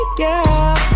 girl